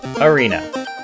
Arena